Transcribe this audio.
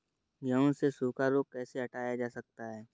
गेहूँ से सूखा रोग कैसे हटाया जा सकता है?